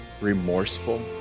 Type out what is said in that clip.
remorseful